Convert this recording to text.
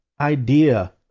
idea